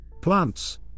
Plants